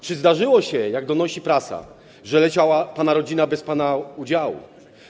Czy zdarzyło się, jak donosi prasa, że leciała pana rodzina bez pana udziału?